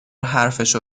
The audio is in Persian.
حرفشو